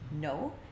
No